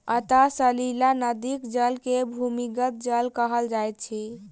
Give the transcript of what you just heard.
अंतः सलीला नदीक जल के भूमिगत जल कहल जाइत अछि